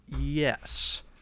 Yes